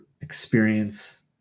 experience